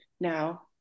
now